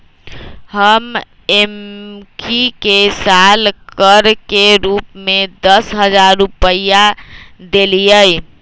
हम एम्की के साल कर के रूप में दस हज़ार रुपइया देलियइ